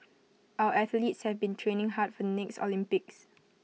our athletes have been training hard for next Olympics